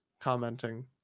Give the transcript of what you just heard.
commenting